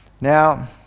Now